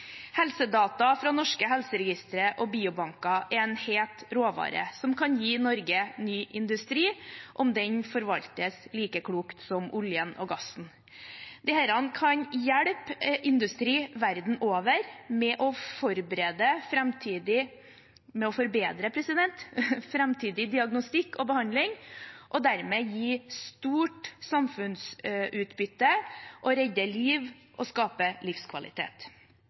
Helsedata fra norske helseregistre og biobanker er en het råvare som kan gi Norge ny industri om den forvaltes like klokt som oljen og gassen. Dette kan hjelpe industri verden over med å forbedre framtidig diagnostikk og behandling og dermed gi stort samfunnsutbytte, redde liv og skape livskvalitet.